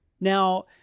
Now